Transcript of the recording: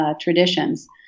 traditions